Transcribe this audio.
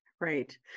Right